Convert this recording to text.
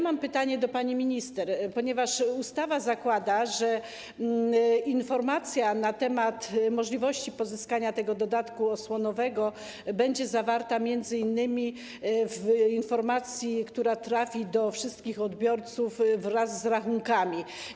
Mam pytanie do pani minister, ponieważ ustawa zakłada, że informacja na temat możliwości pozyskania dodatku osłonowego będzie zawarta m.in. w informacji, która trafi do wszystkich odbiorców wraz z rachunkami.